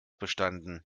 bestanden